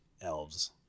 elves